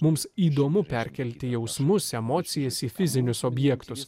mums įdomu perkelti jausmus emocijas į fizinius objektus